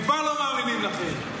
הם כבר לא מאמינים לכם.